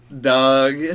Dog